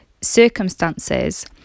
circumstances